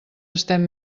estem